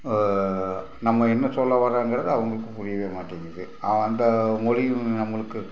நம்ம என்ன சொல்ல வரோங்கிறது அவங்களுக்கு புரியவே மாட்டிங்கிது அந்த மொழி நம்மளுக்கு